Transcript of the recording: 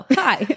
hi